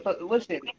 Listen